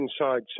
inside